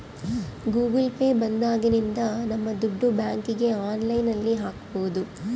Google Pay ಬಂದಾಗಿನಿಂದ ನಮ್ ದುಡ್ಡು ಬ್ಯಾಂಕ್ಗೆ ಆನ್ಲೈನ್ ಅಲ್ಲಿ ಹಾಕ್ಬೋದು